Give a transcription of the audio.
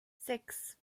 sechs